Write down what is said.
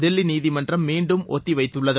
தில்லி நீதிமன்றம் மீண்டும் ஒத்திவைத்துள்ளது